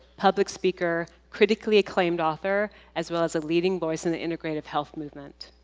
public speaker, critically acclaimed author, as well as a leading voice in the integrative health movement.